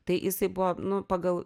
tai jisai buvo nu pagal